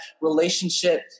relationship